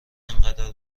اینقدر